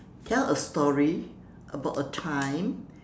tell a story about a time